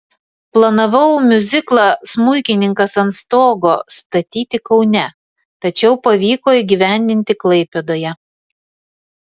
planavau miuziklą smuikininkas ant stogo statyti kaune tačiau pavyko įgyvendinti klaipėdoje